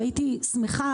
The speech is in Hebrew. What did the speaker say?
והייתי שמחה,